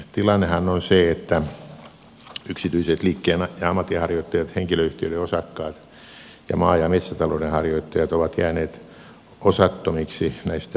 tilannehan on se että yksityiset liikkeen ja ammatinharjoittajat henkilöyhtiöiden osakkaat ja maa ja metsätalouden harjoittajat ovat jääneet osattomiksi näistä veronkevennyksistä